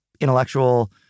intellectual